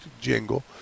jingle